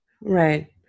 Right